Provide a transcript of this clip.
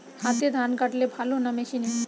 হাতে ধান কাটলে ভালো না মেশিনে?